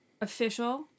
official